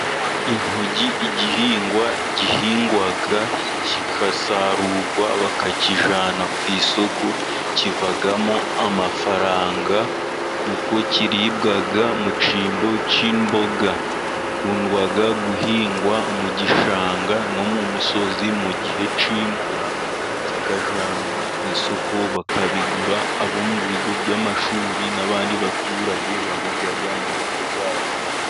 Intoryi, igihingwa gihingwa kigasarurwa bakakijyana ku isoko. Kivamo amafaranga kuko kiribwa mu cyimbo cy'imboga. Gikunda guhingwa mu gishanga no mu musozi mu gihe cy'imvura, kikajanwa ku isoko bakakigura, abo mu bigo by'amashuri, n'abandi baturage bakirya mu ngo zabo